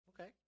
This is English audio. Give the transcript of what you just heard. okay